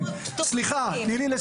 לא.